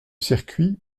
circuit